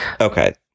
Okay